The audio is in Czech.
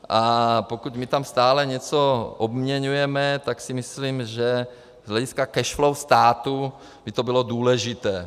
A pokud my tam stále něco obměňujeme, tak si myslím, že z hlediska cash flow státu by to bylo důležité.